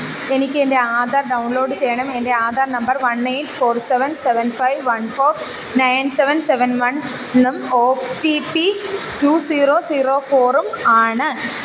എനിക്ക് എൻ്റെ ആധാർ ഡൗൺലോഡ് ചെയ്യണം എൻ്റെ Aadhaar number one eight four seven seven five one four nine seven seven one ണ്ണും O T P two zero zero ഫോറും ആണ്